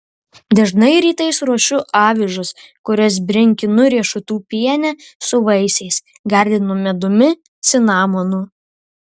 dažnai rytais ruošiu avižas kurias brinkinu riešutų piene su vaisiais gardinu medumi cinamonu